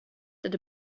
that